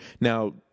Now